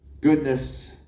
goodness